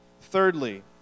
Thirdly